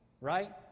right